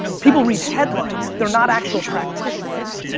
people read headlines, they're not actual practitioners.